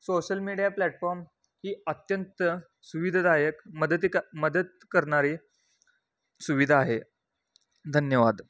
social media platform ही अत्यंत सुविधादायक मदत क मदत करणारी सुविधा आहे धन्यवाद